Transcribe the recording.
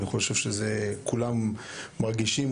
אני חושב שכולם מרגישים,